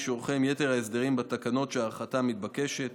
הפער הזה בין הסטודנטים הערבים לסטודנטים היהודים מורגש מאוד גם בתוצאות